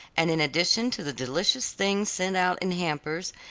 and in addition to the delicious things sent out in hampers,